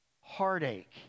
heartache